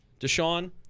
Deshaun